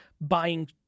buying